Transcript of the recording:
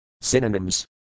Synonyms